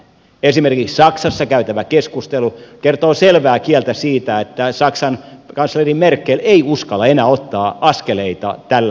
esimerkiksi saksassa käytävä keskustelu kertoo selvää kieltä siitä että saksan kansleri merkel ei uskalla enää ottaa askeleita tällä tiellä